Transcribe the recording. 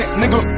nigga